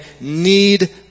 need